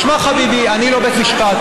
תשמע חביבי, אני לא בית משפט.